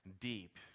deep